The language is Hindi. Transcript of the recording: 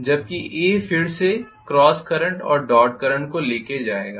जबकि A फिर से क्रॉस करंट और डॉट करंट को ले जाएगा